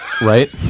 right